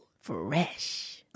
Fresh